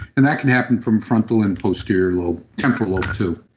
and that can happen from frontal and posterior lobe, temporal lobe too.